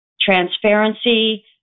transparency